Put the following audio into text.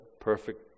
perfect